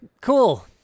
cool